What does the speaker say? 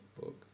book